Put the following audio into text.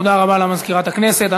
תודה רבה למזכירת הכנסת.